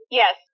yes